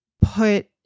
put